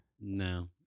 No